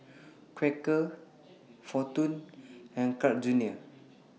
Quaker Fortune and Carl's Junior